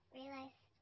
realized